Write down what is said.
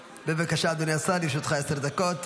בבקשה, אדוני השר, לרשותך עשר דקות.